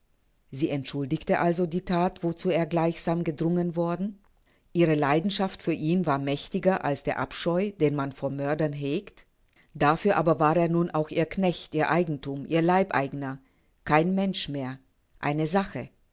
sie entschuldigte also die that wozu er gleichsam gedrungen worden ihre leidenschaft für ihn war mächtiger als der abscheu den man vor mördern hegt dafür aber war er nun auch ihr knecht ihr eigenthum ihr leibeigener kein mensch mehr eine sache